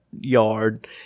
yard